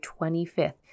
25th